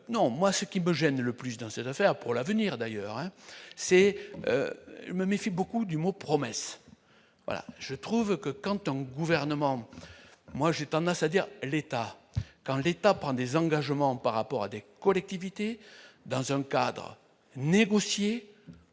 non, moi ce qui me gêne le plus dans cette affaire. Pour l'avenir, d'ailleurs, hein, c'est je me méfie beaucoup d'humour, promesse, je trouve que quand on, gouvernement, moi j'ai tendance à dire l'État quand l'État prend des engagements par rapport à des collectivités dans un cadre négocié,